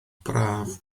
braf